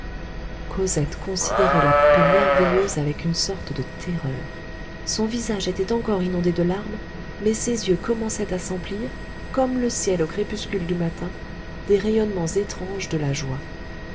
cosette considérait la poupée merveilleuse avec une sorte de terreur son visage était encore inondé de larmes mais ses yeux commençaient à s'emplir comme le ciel au crépuscule du matin des rayonnements étranges de la joie